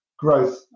growth